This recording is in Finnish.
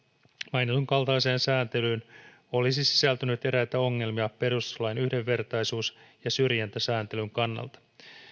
mainitun kaltaiseen sääntelyyn olisi sisältynyt eräitä ongelmia perustuslain yhdenvertaisuus ja syrjintäsääntelyn kannalta